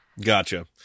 Gotcha